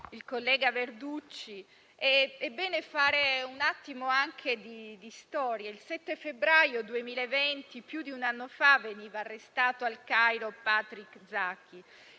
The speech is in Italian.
il collega Verducci. È bene fare anche un po' di storia. Il 7 febbraio 2020, più di un anno fa, veniva arrestato al Cairo Patrick Zaki.